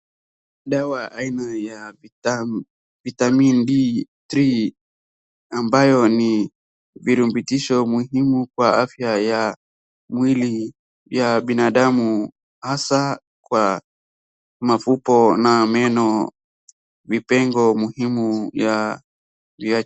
Dawa aina ya vitamin D three ambayo ni virutubisho muhimu kwa afya ya mwili ya binadamu hasa kwa mifupa na meno, vipengo muhimu vya.